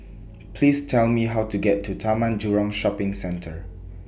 Please Tell Me How to get to Taman Jurong Shopping Centre